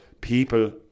people